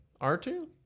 R2